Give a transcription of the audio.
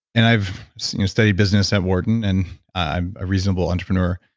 and i've studied business at wharton and i'm a reasonable entrepreneur.